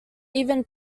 even